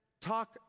talk